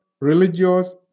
religious